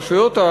רשויות,